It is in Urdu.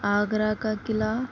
آگرہ کا قلعہ